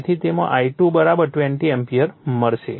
તેથી તેમાંથી I2 20 ampere મળશે